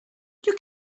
you